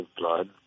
blood